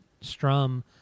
strum